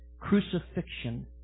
crucifixion